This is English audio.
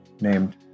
named